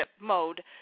mode